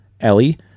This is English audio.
Ellie